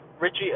Richie